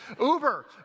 Uber